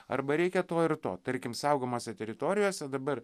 arba reikia to ir to tarkim saugomose teritorijose dabar